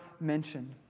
mentioned